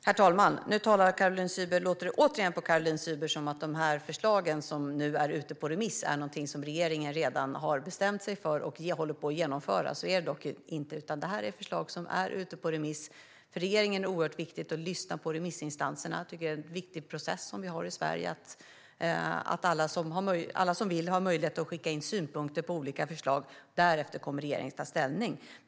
Herr talman! Nu låter det återigen på Caroline Szyber som att de här förslagen är någonting som regeringen redan har bestämt sig för och håller på att genomföra. Så är det dock inte, utan det är förslag som nu är ute på remiss. För regeringen är det oerhört viktigt att lyssna på remissinstanserna. Det är en viktig process som vi har i Sverige att alla som vill har möjlighet att skicka in synpunkter på olika förslag. Därefter kommer regeringen att ta ställning.